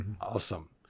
Awesome